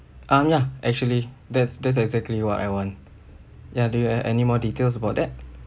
um ya actually that's that's exactly what I want ya do you have anymore details about that